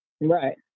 Right